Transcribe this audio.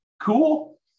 Cool